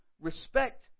respect